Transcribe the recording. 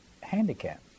handicap